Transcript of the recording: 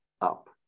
up